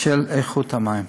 של איכות המים.